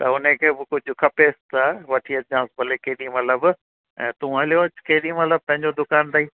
त उने खे बि कुझु खपेसि त वठी अचिजांइ भले केॾीमहिल बि ऐं तूं हलियो अचु केॾीमहिल बि पंहिंजो दुकानु अथई